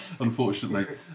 unfortunately